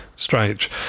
strange